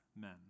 men